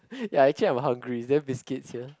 ya actually I'm hungry is there biscuits here